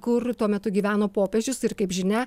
kur tuo metu gyveno popiežius ir kaip žinia